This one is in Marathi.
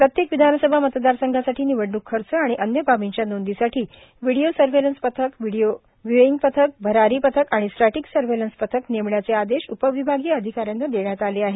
प्रत्येक विधानसभा मतदारसंघासाठी निवडणूक खर्च आणि अन्य बाबींच्या नोंदीसाठी व्हिडीओ सर्व्हेलन्स पथकए व्हिडीओ व्ह्युईग पथकए भरारी पथक आणि स्टॅटिक सर्व्हेलन्स पथक नेमण्याचे आदेश उपविभागीय अधिका यांना देण्यात आले आहेत